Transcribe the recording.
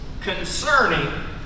concerning